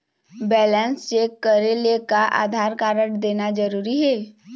Balance check करेले का Aadhaar card देना जरूरी हे?